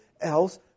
else